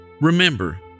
Remember